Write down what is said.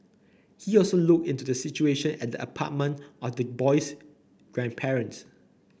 he also looked into the situation at the apartment of the boy's grandparents